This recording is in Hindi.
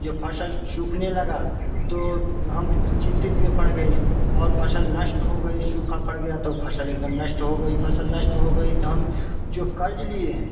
जब फसल सूखने लगा तो हम चिंतित में पड़ गए और फसल नष्ट हो गई सूखा पड़ गया तो फसल एकदम नष्ट हो गई फसल नष्ट हो गई तो हम जो कर्ज लिए हैं